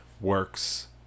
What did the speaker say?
works